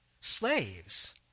slaves